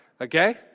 okay